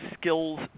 skills